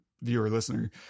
viewer-listener